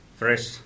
fresh